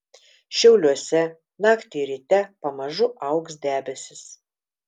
šiauliuose naktį ir ryte pamažu augs debesys